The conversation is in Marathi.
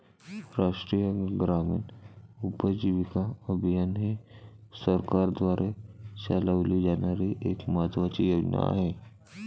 राष्ट्रीय ग्रामीण उपजीविका अभियान ही सरकारद्वारे चालवली जाणारी एक महत्त्वाची योजना आहे